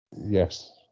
yes